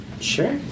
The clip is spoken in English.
Sure